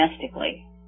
domestically